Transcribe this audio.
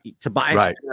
tobias